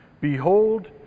Behold